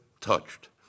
touched